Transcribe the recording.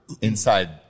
inside